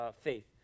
faith